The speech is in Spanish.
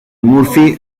murphy